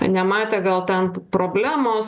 nematė gal ten problemos